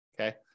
okay